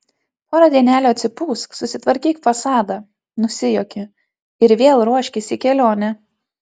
porą dienelių atsipūsk susitvarkyk fasadą nusijuokė ir vėl ruoškis į kelionę